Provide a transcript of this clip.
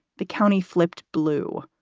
the county flipped blue,